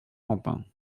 quentin